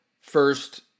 first